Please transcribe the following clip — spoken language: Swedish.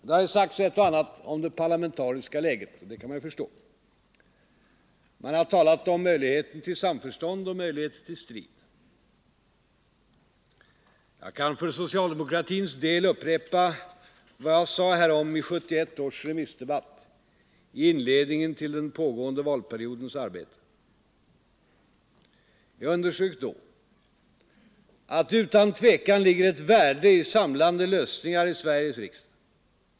Det har av naturliga skäl skrivits och talats en hel del om det parlamentariska läget. Man har talat om möjligheten till samförstånd och möjlighet till strid. Jag kan för socialdemokratins del upprepa vad jag sade härom i 1971 års remissdebatt, i inledningen till den pågående valperiodens arbete: Jag underströk då ”att det utan tvekan ligger ett värde i samlande lösningar i Sveriges riksdag.